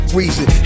reason